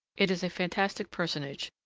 it is a fantastic personage,